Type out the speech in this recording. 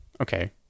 Okay